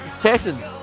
Texans